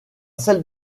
salle